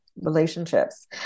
relationships